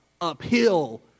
uphill